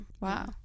Wow